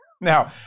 Now